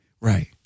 Right